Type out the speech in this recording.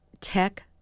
tech